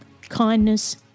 kindness